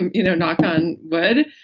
and you know, knock on wood.